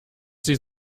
sie